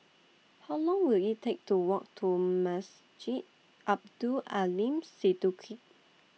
How Long Will IT Take to Walk to Masjid Abdul Aleem Siddique